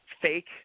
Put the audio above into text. fake